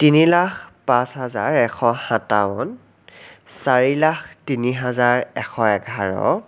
তিনি লাখ পাঁচ হাজাৰ এশ সাতাৱন চাৰি লাখ তিনি হাজাৰ এশ এঘাৰ